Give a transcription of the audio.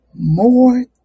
more